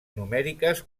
numèriques